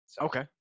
Okay